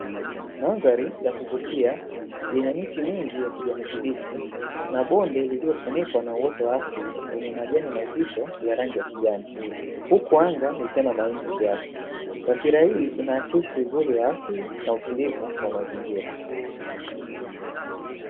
Mandhari ya kuvutia yenye miti mingi ya kijani kibichi na bonde lililofunikwa na uoto wa asili lenye majani mazito ya rangi ya kijani, huku anga ikiwa na mawingu kiasi. Taswira hii inaakisi uzuri wa asili na utulivu wa mazingira.